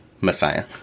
Messiah